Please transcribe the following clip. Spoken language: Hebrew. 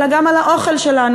אלא גם על האוכל שלנו,